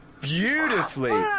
beautifully